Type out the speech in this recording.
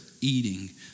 eating